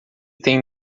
tem